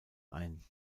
ein